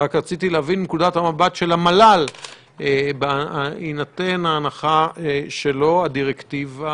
רק רציתי להבין מנקודת המבט של המל"ל בהינתן הנחה שלא הדירקטיבה